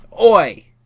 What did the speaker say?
Oi